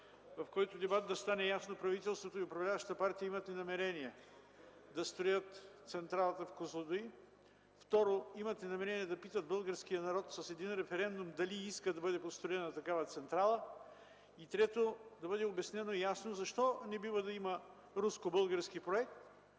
в който да стане ясно правителството и управляващата партия имат ли намерение да строят централата в Козлодуй? Второ, имат ли намерение с един референдум да питат българския народ дали иска да бъде построена такава централа? И трето, да бъде обяснено ясно защо не бива да има руско-български проект